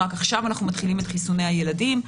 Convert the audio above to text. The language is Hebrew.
רק עכשיו אנחנו מתחילים את חיסוני הילדים,